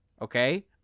Okay